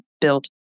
built